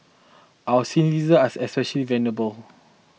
our senior citizen are especially vulnerable